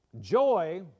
joy